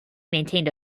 maintained